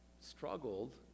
struggled